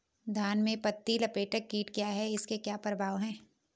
धान में पत्ती लपेटक कीट क्या है इसके क्या प्रभाव हैं?